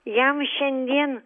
jam šiandien